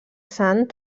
sant